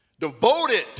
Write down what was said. Devoted